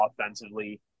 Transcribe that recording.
offensively